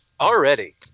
Already